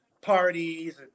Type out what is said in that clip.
parties